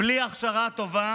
בלי הכשרה טובה